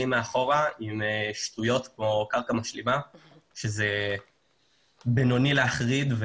מאחור עם שטויות כמו קרקע משלימה שזה בינוני להחריד.